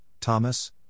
Thomas